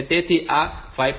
તેથી આ 5